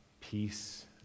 peace